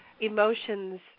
emotions